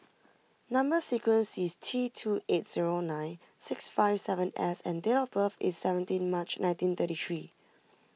Number Sequence is T two eight zero nine six five seven S and date of birth is seventeen March nineteen thirty three